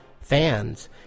fans